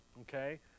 Okay